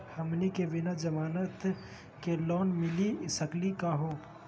हमनी के बिना जमानत के लोन मिली सकली क हो?